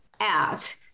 out